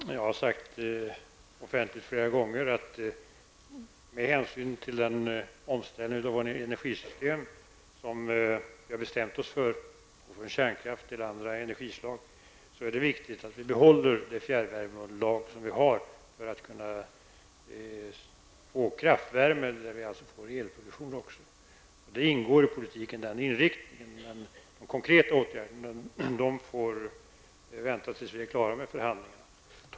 Fru talman! Jag har sagt offentligt flera gånger att med hänsyn till den omställning av nuvarande energisystem som vi har bestämt oss för, från kärnkraft till andra energislag, är det viktigt att vi behåller det fjärrvärmeunderlag som vi har för att kunna få kraftvärme när vi alltså får elproduktion också. Politiken har den inriktningen. De konkreta åtgärderna får vänta tills vi är klara med förhandlingarna.